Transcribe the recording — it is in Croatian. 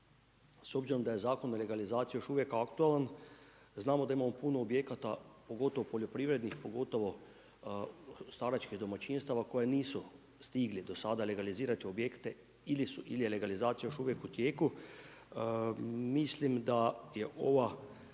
S obzirom da je zakon o legalizaciji još uvijek aktualan, znamo da imamo puno objekata, pogotovo poljoprivrednih, pogotovo staračkih domaćinstava koji nisu stigli do sada legalizirati objekte ili je legalizacija još uvijek u tijeku, mislim da je ova